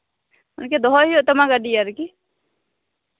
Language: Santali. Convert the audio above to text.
ᱤᱱᱠᱟᱹ ᱫᱚᱦᱚᱭ ᱦᱩᱭᱩᱜ ᱛᱟᱢᱟ ᱜᱟᱹᱰᱤ ᱟᱨᱠᱤ